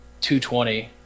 220